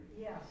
Yes